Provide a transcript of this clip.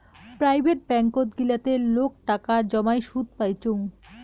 private ব্যাঙ্কত গিলাতে লোক টাকা জমাই সুদ পাইচুঙ